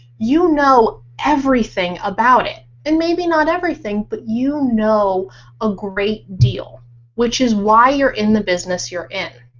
you know everything about it and maybe not everything but you know a great deal which is why you're in the business you're in.